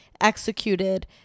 executed